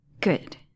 Good